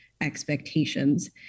expectations